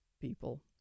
people